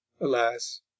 Alas